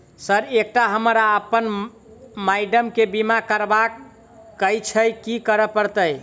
Sir एकटा हमरा आ अप्पन माइडम केँ बीमा करबाक केँ छैय की करऽ परतै?